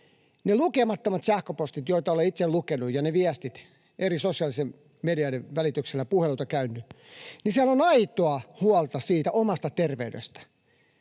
ne lukemattomat sähköpostit, joita olen itse lukenut, ja ne viestit eri sosiaalisten medioiden välityksellä, puheluita käynyt — siellä on aitoa huolta siitä omasta terveydestä.